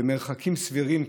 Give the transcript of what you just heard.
במרחקים סבירים,